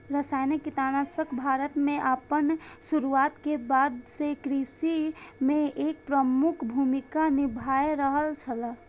रासायनिक कीटनाशक भारत में आपन शुरुआत के बाद से कृषि में एक प्रमुख भूमिका निभाय रहल छला